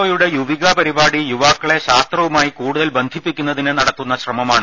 ഒയുടെ യുവിക പരിപാടി യുവാക്കളെ ശാസ്ത്രവു മായി കൂടുതൽ ബന്ധിപ്പിക്കുന്നതിന് നടത്തുന്ന ശ്രമമാണ്